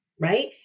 right